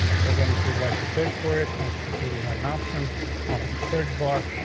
so again, if you'd like to search for it as you can see, we have an option on the search bar.